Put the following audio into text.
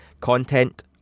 content